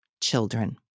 children